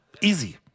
Easy